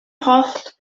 holl